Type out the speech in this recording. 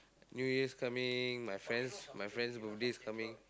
New Years coming my friend's my friend's birthday is coming